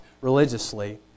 religiously